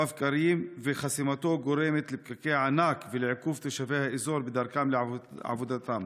בבקרים וחסימתו גורמת לפקקי ענק ולעיכוב תושבי האזור בדרכם לעבודתם.